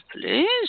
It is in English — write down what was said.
please